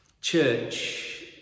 Church